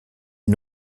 est